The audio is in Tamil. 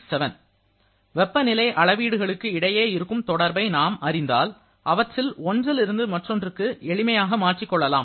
67 வெப்பநிலை அளவீடுகளுக்கு இடையே இருக்கும் தொடர்பை நாம் அறிந்தால் அவற்றில் ஒன்றில் இருந்து மற்றொன்றுக்கு எளிமையாக மாற்றிக் கொள்ளலாம்